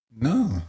No